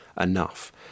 enough